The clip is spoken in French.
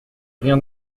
rien